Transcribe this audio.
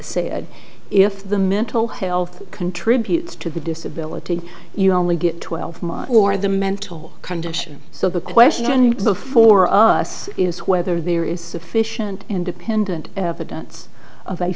said if the mental health contributes to the disability you only get twelve month or the mental condition so the question before us is whether there is sufficient independent evidence of a